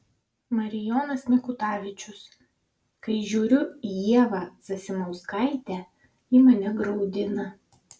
marijonas mikutavičius kai žiūriu į ievą zasimauskaitę ji mane graudina